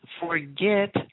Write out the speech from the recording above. forget